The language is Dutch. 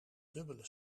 dubbele